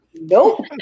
nope